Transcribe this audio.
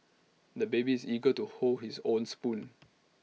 the baby is eager to hold his own spoon